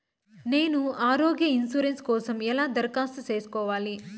నేను ఆరోగ్య ఇన్సూరెన్సు కోసం ఎలా దరఖాస్తు సేసుకోవాలి